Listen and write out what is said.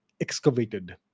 excavated